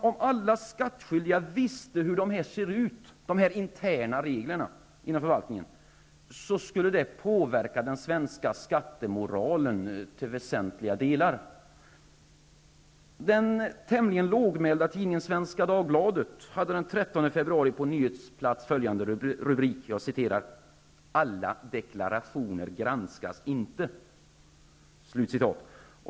Om alla skattskyldiga visste hur de interna reglerna inom förvaltningen såg ut, skulle det påverka skattemoralen väsentligt. Dagbladet hade den 13 februari på nyhetsplats följande rubrik: ''Alla deklarationer granskas inte''.